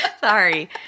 Sorry